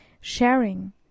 sharing